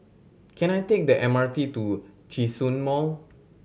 can I take the M R T to Djitsun Mall